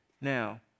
Now